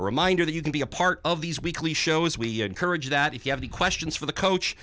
a reminder that you can be a part of these weekly shows we encourage that if you have any questions for the coach